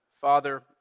Father